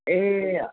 ए